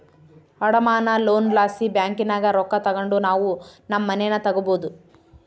ಅಡಮಾನ ಲೋನ್ ಲಾಸಿ ಬ್ಯಾಂಕಿನಾಗ ರೊಕ್ಕ ತಗಂಡು ನಾವು ನಮ್ ಮನೇನ ತಗಬೋದು